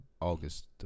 August